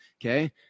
okay